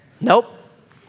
Nope